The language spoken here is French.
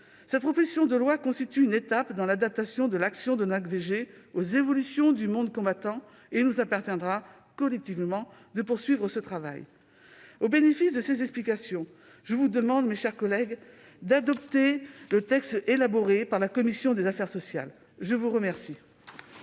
Cette proposition de loi constitue une étape dans l'adaptation de l'action de l'ONACVG aux évolutions du monde combattant. Il nous appartiendra collectivement de poursuivre ce travail. Au bénéfice de ces explications, je vous demande, mes chers collègues, d'adopter le texte élaboré par la commission des affaires sociales. La parole